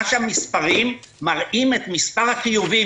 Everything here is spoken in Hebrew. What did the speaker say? המספרים מראים את מספר החיוביים,